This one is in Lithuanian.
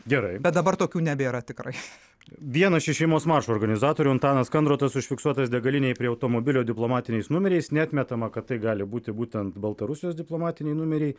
gerai bet dabar tokių nebėra tikrai vienas iš šeimos mačo organizatorių antanas kondrotas užfiksuotas degalinėj prie automobilio diplomatiniais numeriais neatmetama kad tai gali būti būtent baltarusijos diplomatiniai numeriai